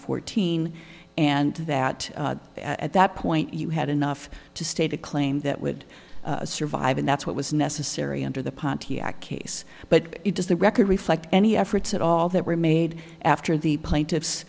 fourteen and that at that point you had enough to state a claim that would survive and that's what was necessary under the pontiac case but it does the record reflect any efforts at all that were made after the plaintiffs